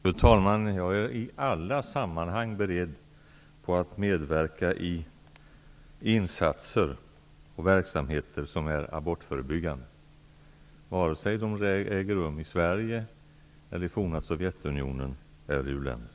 Fru talman! Jag är i alla sammanhang beredd att medverka till insatser och verksamheter som är abortförebyggande, vare sig de äger rum i Sverige, i forna Sovjetunionen eller i u-länderna.